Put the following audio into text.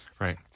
Right